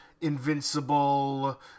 Invincible